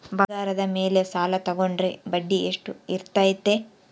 ಬಂಗಾರದ ಮೇಲೆ ಸಾಲ ತೋಗೊಂಡ್ರೆ ಬಡ್ಡಿ ಎಷ್ಟು ಇರ್ತೈತೆ?